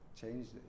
changed